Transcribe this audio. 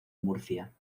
murcia